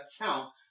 account